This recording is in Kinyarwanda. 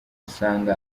usanga